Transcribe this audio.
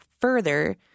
further